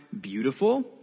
beautiful